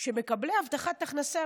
שמקבלי הבטחת הכנסה,